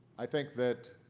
i think that